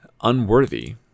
Unworthy